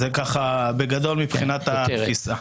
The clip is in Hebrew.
זה בגדול, מבחינת התפיסה.